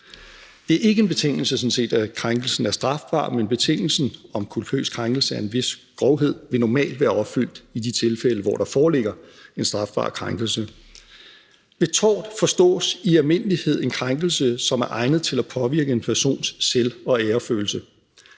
Det er ikke en betingelse, at krænkelsen er strafbar, men betingelsen i forhold til kulpøs krænkelse af en vis grovhed vil normalt være opfyldt i de tilfælde, hvor der foreligger en strafbar krænkelse. Ved tort forstås i almindelighed en krænkelse, som er egnet til at påvirke en persons selv- og æresfølelse.